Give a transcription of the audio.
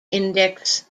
index